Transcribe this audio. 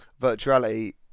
virtuality